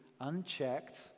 unchecked